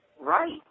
Right